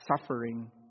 suffering